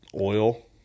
oil